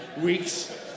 weeks